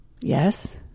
Yes